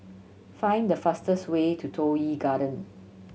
find the fastest way to Toh Yi Garden